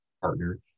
partner